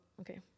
okay